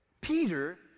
Peter